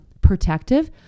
protective